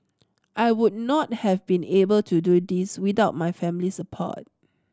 I would not have been able to do this without my family's support